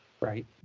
Right